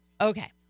Okay